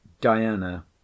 Diana